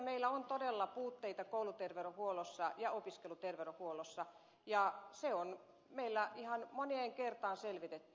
meillä on todella puutteita kouluterveydenhuollossa ja opiskeluterveydenhuollossa niitä on meillä ihan moneen kertaan selvitetty